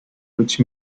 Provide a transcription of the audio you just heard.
which